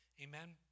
amen